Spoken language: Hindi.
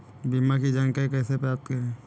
बीमा की जानकारी प्राप्त कैसे करें?